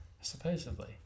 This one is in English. Supposedly